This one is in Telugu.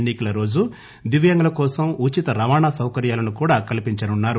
ఎన్ని కల రోజు దివ్యాంగుల కోసం ఉచిత రవాణా సౌకర్యాలను కూడా కల్పించనున్నారు